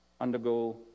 undergo